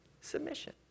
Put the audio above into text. Submission